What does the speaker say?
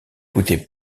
coûté